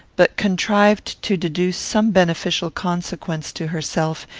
but contrived to deduce some beneficial consequence to herself,